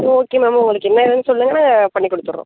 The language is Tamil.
ஓகே மேம் உங்களுக்கு என்ன வேணும் சொல்லுங்கள் நாங்கள் பண்ணி கொடுத்தட்றோம்